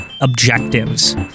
objectives